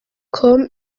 com